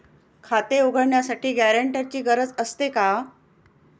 खाते उघडण्यासाठी गॅरेंटरची गरज असते का?